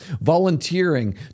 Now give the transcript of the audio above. volunteering